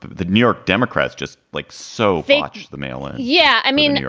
the new york democrats, just like so much the mail is yeah, i mean,